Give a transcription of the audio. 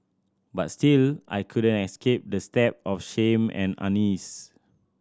but still I couldn't escape the stab of shame and unease